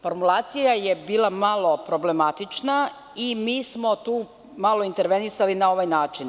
Formulacija je bila malo problematična i mi smo tu malo intervenisali na ovaj način.